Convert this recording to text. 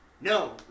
no